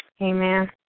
Amen